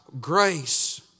grace